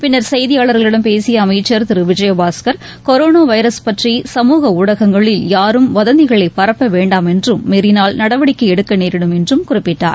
பின்னர் செய்தியாளர்களிடம் பேசிய அமைச்சர் திரு விஜயபாஸ்கள் கொரோனா வைரஸ் பற்றி சமூக ஊடகங்களில் யாரும் வதந்திகளை பரப்ப வேண்டாம் என்றும் மீறினால் நடவடிக்கை எடுக்க நேரிடும் என்றும் குறிப்பிட்டார்